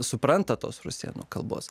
supranta tos rusėnų kalbos